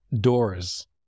doors